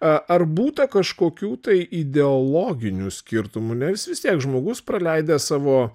a ar būta kažkokių tai ideologinių skirtumų nes vis tiek žmogus praleidęs savo